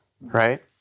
right